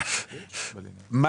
על אופקים.